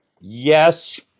yes